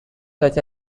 such